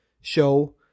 show